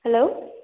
hello